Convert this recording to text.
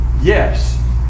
Yes